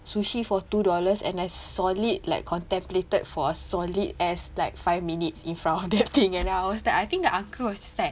sushi for two dollars and I solid like contemplated for a solid ass like five minutes in front of that thing and I was like I think the uncle was just like